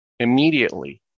Immediately